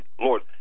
Lord